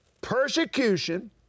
persecution